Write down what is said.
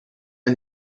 ein